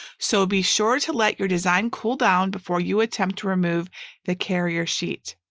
so be sure to let your design cool down before you attempt to remove the carrier sheet.